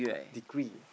degree